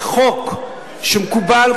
וחוק שמקובל,